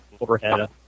overhead